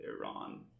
Iran